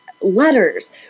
letters